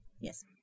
Yes